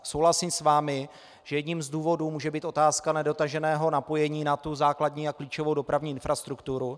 Souhlasím s vámi, že jedním z důvodů může být otázka nedotaženého napojení na základní a klíčovou dopravní infrastrukturu.